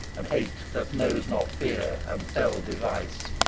and hate that knows not fear, and fell device.